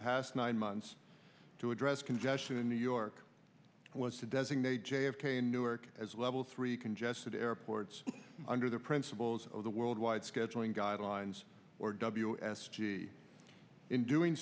past nine months to address congestion in new york was to designate j f k newark as a level three congested airports under the principles of the worldwide scheduling guidelines or w s g in doing